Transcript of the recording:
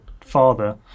father